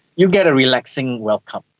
you get a relaxing welcome.